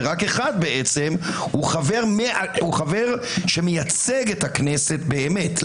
ורק אחד הוא חבר שמייצג את הכנסת באמת.